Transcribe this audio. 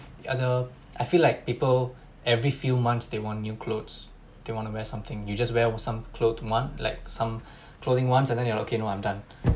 other I feel like people every few months they want new clothes they want to wear something you just wear some clothes one like some clothing ones and then you're like okay no I'm done